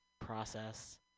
process